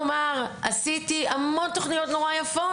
עשיתי המון תוכניות נורא יפות,